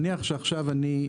נניח שעכשיו אני,